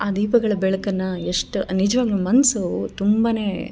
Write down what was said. ಆ ದೀಪಗಳ ಬೆಳಕನ್ನ ಎಷ್ಟು ನಿಜವಾಗ್ಲು ಮನಸು ತುಂಬ